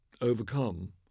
overcome